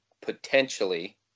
potentially